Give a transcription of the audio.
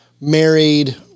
married